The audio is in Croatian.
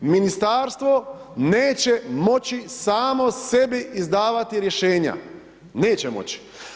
Ministarstvo neće moći samo sebi izdavati rješenja, neće moći.